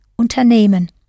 unternehmen